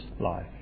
life